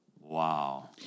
Wow